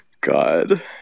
God